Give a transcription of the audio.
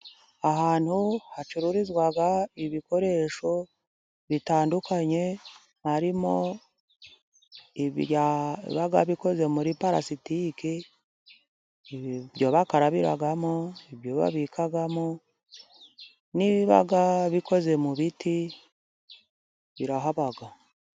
Ahantu hacururizwa ibikoresho bitandukanye, harimo ibiba babikozwe muri palasitikike, ibyo bakarabiramo ibyo babikamo n'ibiba bikoze mu biti birahaba.